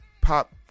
pop